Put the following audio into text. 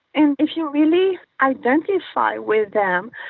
and if you really identify with them,